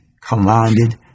commanded